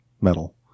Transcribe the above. metal